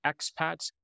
expats